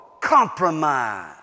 compromise